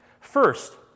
First